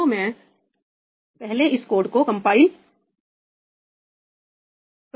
तो मुझे पहले इस कोड को कंपाइल करना होगा